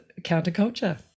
counterculture